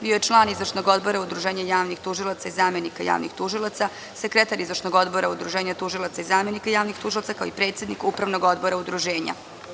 Bio je član Izvršnog odbora Udruženja javnih tužilaca i zamenika javnih tužilaca, sekretar Izvršnog odbora Udruženja tužilaca i zamenika javnih tužilaca, kao i predsednik Upravnog odbora Udruženja.